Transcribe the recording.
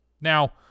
Now